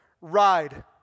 ride